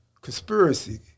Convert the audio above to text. conspiracy